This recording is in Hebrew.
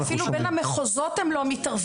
אדוני, אפילו בין המחוזות הם לא מתערבים.